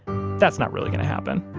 that's not really going to happen,